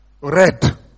Red